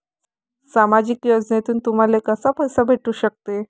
सामाजिक योजनेतून तुम्हाले कसा पैसा भेटू सकते?